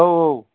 औ औ